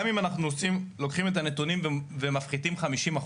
גם אם אנחנו לוקחים את הנתונים ומפחיתים 50%,